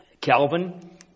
Calvin